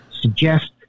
suggest